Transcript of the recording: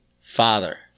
father